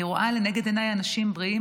אני רואה לנגד עיניי אנשים בריאים,